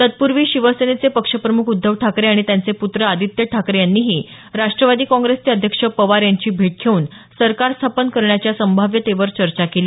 तत्पूर्वी शिवसेनेचे पक्षप्रमुख उद्धव ठाकरे आणि त्यांचे पूत्र आदित्य ठाकरे यांनीही राष्टवादी काँग्रेसचे अध्यक्ष पवार यांची भेट घेऊन सरकार स्थापन करण्याच्या संभाव्यतेवर चर्चा केली